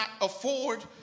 afford